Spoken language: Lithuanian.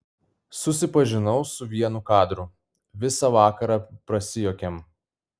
susipažinau su vienu kadru visą vakarą prasijuokėm